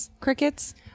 Crickets